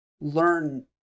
learn